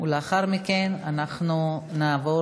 ולאחר מכן אנחנו נעבור